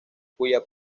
cuya